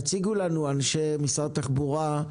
אנשי משרד התחבורה,